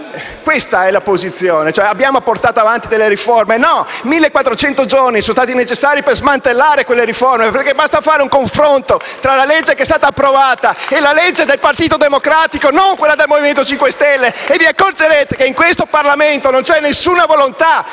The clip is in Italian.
questa è la posizione: abbiamo portato avanti delle riforme. No, 1.400 giorni sono stati necessari per smantellare quelle riforme. Basta fare un confronto tra la legge approvata e il disegno di legge del Partito Democratico - non parlo di quello del Movimento 5 Stelle - e vi accorgerete che in questo Parlamento non c'è alcuna volontà